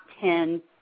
ten